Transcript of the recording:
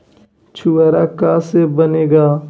छुआरा का से बनेगा?